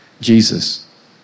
Jesus